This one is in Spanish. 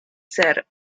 ser